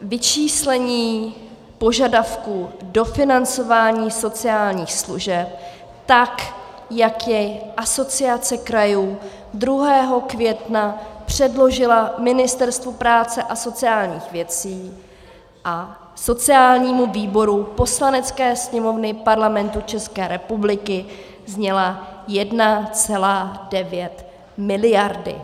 Vyčíslení požadavků dofinancování sociálních služeb tak, jak jej Asociace krajů 2. května předložila Ministerstvu práce a sociálních věcí a sociálnímu výboru Poslanecké sněmovny Parlamentu České republiky, zněla 1,9 miliardy.